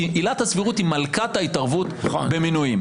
כי עילת הסבירות היא מלכת ההתערבות במינויים.